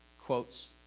quotes